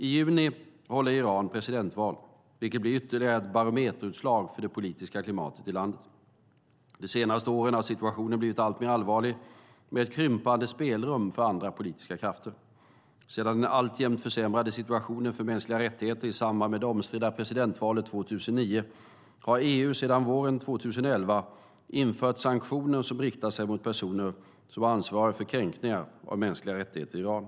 I juni håller Iran presidentval, vilket blir ytterligare ett barometerutslag för det politiska klimatet i landet. De senaste åren har situationen blivit alltmer allvarlig, med ett krympande spelrum för andra politiska krafter. Sedan den alltjämt försämrade situationen för mänskliga rättigheter i samband med det omstridda presidentvalet 2009 har EU sedan våren 2011 infört sanktioner som riktar sig mot personer som är ansvariga för kränkningar av mänskliga rättigheter i Iran.